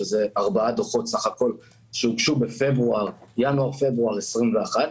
שזה ארבעה דוחות שהוגשו בינואר פברואר 2021,